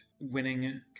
winning